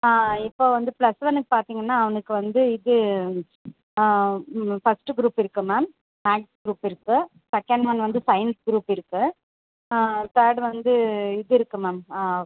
இப்போ வந்து ப்ளஸ் ஒன்றுக்கு பார்த்தீங்கன்னா அவனுக்கு வந்து இது ஃபஸ்ட்டு குரூப் இருக்குது மேம் மேக்ஸ் குரூப் இருக்குது செகேண்ட் ஒன் வந்து சைன்ஸ் குரூப் இருக்குது ஆ தேர்ட் வந்து இது இருக்குது மேம்